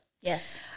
Yes